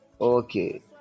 Okay